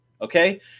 Okay